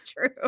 true